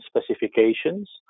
specifications